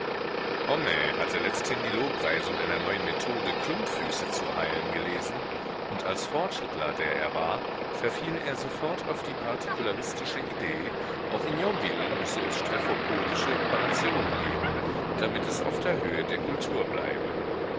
homais hatte letzthin die lobpreisung einer neuen methode klumpfüße zu heilen gelesen und als fortschrittler der er war verfiel er sofort auf die partikularistische idee auch in yonville müsse es strephopodische operationen geben damit es auf der höhe der kultur bleibe